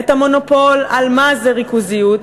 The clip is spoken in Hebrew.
את המונופול על מה זה ריכוזיות.